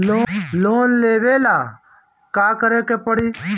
Loan लेबे ला का करे के पड़ी?